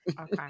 Okay